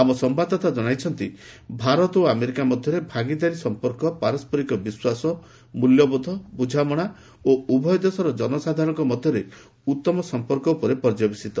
ଆମ ସମ୍ଭାଦଦାତା ଜଣାଇଛନ୍ତି ଭାରତ ଓ ଆମେରିକା ମଧ୍ୟରେ ଭାଗିଦାରୀ ସମ୍ପର୍କ ପାରସ୍କରିକ ବିଶ୍ୱାସ ମୂଲ୍ୟବୋଧ ବୁଝାମଣା ଓ ଉଭୟ ଦେଶର ଜନସାଧାରଣଙ୍କ ମଧ୍ୟରେ ଉତ୍ତମ ସମ୍ପର୍କ ଉପରେ ପର୍ଯ୍ୟବେସିତ